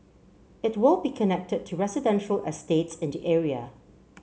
it will be connected to residential estates in the area